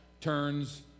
turns